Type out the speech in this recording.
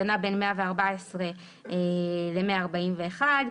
זה נע בין 114 141 שקל.